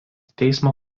teismo